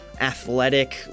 Athletic